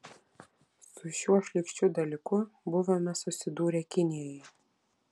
su šiuo šlykščiu dalyku buvome susidūrę kinijoje